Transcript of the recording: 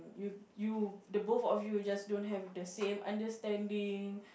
you you the both of you just don't have the same understanding